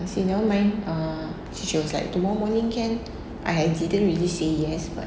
I say never mind err she was like tomorrow morning can I didn't really say yes but